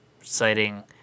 citing